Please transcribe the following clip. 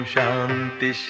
Shanti